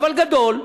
אבל גדול,